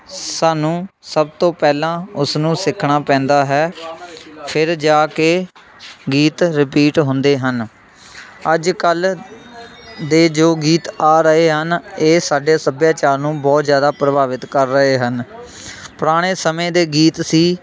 ਸਾਨੂੰ ਸਭ ਤੋਂ ਪਹਿਲਾਂ ਉਸ ਨੂੰ ਸਿੱਖਣਾ ਪੈਂਦਾ ਹੈ ਫਿਰ ਜਾ ਕੇ ਗੀਤ ਰਿਪੀਟ ਹੁੰਦੇ ਹਨ ਅੱਜ ਕੱਲ੍ਹ ਦੇ ਜੋ ਗੀਤ ਆ ਰਹੇ ਹਨ ਇਹ ਸਾਡੇ ਸੱਭਿਆਚਾਰ ਨੂੰ ਬਹੁਤ ਜ਼ਿਆਦਾ ਪ੍ਰਭਾਵਿਤ ਕਰ ਰਹੇ ਹਨ ਪੁਰਾਣੇ ਸਮੇਂ ਦੇ ਗੀਤ ਸੀ